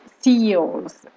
CEOs